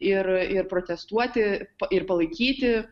ir ir protestuoti ir palaikyti